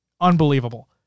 Unbelievable